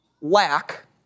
lack